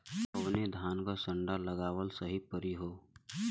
कवने धान क संन्डा लगावल सही परी हो?